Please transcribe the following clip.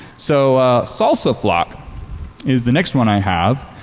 so salsaflock is the next one i have.